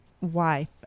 wife